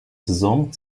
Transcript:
saison